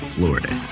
Florida